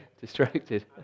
Distracted